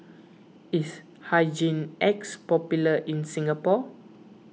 is Hygin X popular in Singapore